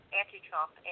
anti-Trump